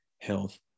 Health